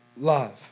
love